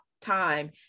time